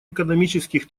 экономических